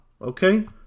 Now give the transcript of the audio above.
Okay